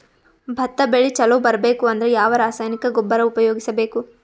ಭತ್ತ ಬೆಳಿ ಚಲೋ ಬರಬೇಕು ಅಂದ್ರ ಯಾವ ರಾಸಾಯನಿಕ ಗೊಬ್ಬರ ಉಪಯೋಗಿಸ ಬೇಕು?